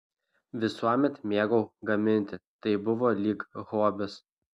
visuomet mėgau gaminti tai buvo lyg hobis